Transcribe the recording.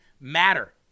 matter